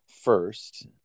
first